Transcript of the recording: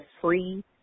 free